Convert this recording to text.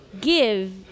give